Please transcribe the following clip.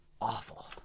awful